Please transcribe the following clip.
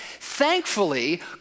Thankfully